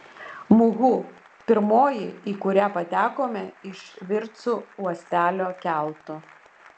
muhu pirmoji į kurią patekome iš virtsu uostelio keltu